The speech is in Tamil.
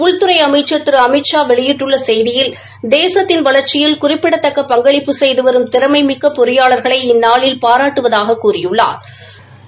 உள்துறை அமைச்சா் திரு அமித்ஷா வெளியிட்டுள்ள செய்தியில் தேசத்தின் வளா்ச்சியில் குறிப்பிடத்தக்க பங்களிப்பு செய்து வரும் திறமை மிக்க பொறியாளாகளை இந்நாளில் பாராட்டுவதாக கூறியுள்ளாா்